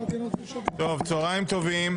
צהריים טובים,